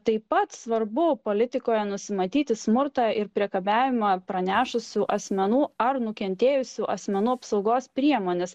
taip pat svarbu politikoje nusimatyti smurtą ir priekabiavimą pranešusių asmenų ar nukentėjusių asmenų apsaugos priemonės